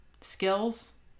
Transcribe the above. skills